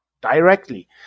directly